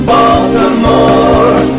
Baltimore